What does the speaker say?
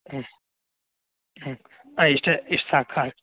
ಹ್ಞೂ ಹ್ಞೂ ಅಯ್ ಇಷ್ಟೇ ಇಷ್ಟು ಸಾಕಾ